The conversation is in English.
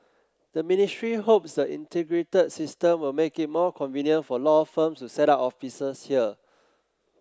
the ministry hopes the integrated system will make it more convenient for law firms to set up offices here